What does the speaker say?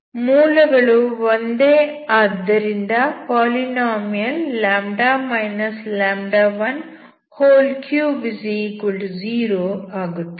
ಮೂಲಗಳು ಒಂದೇ ಆದ್ದರಿಂದ ಪಾಲಿನಾಮಿಯಲ್ λ 130 ಆಗುತ್ತದೆ